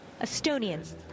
Estonians